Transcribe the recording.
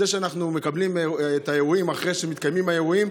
זה שאנחנו מקבלים את האירועים אחרי שמתקיימים האירועים,